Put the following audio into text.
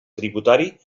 tributari